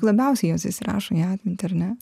labiausiai jos įsi rašo į atmintį ar ne